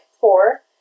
four